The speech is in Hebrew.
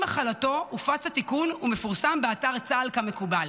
עם החלתו, הופץ התיקון ומתפרסם באתר צה"ל כמקובל.